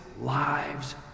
lives